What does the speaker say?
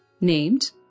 named